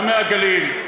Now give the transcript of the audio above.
גם מהגליל,